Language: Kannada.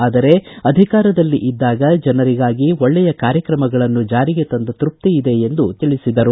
ಆದರೆ ಅಧಿಕಾರದಲ್ಲಿ ಇದ್ದಾಗ ಜನರಿಗಾಗಿ ಒಳ್ಳೆಯ ಕಾರ್ಯಕ್ರಮಗಳನ್ನು ಜಾರಿಗೆ ತಂದ ತೃಪ್ತಿ ಇದೆ ಎಂದು ತಿಳಿಸಿದರು